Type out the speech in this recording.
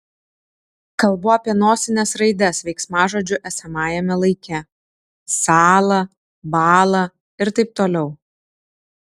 kalbu apie nosines raides veiksmažodžių esamajame laike sąla bąla ir taip toliau